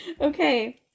okay